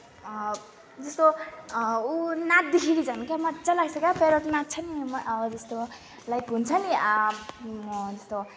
जस्तो ऊ नाच्दाखेरि झन् क्या मजा लाग्छ के नाच्छ नि जस्तो लाइक हुन्छ नि जस्तो